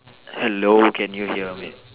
hello can you hear me